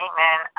Amen